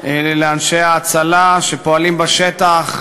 לאנשי ההצלה שפועלים בשטח,